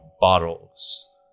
bottles